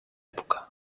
època